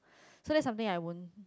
so that's something I won't